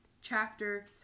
Chapter